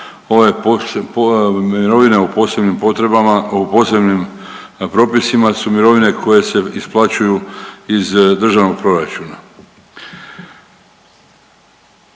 Ove mirovine o posebnim potrebama, o posebnim propisima su mirovine koje se isplaćuju iz Državnog proračuna.